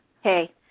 Hey